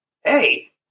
Hey